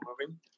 moving